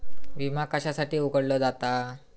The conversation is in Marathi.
विमा कशासाठी उघडलो जाता?